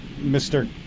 Mr